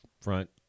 front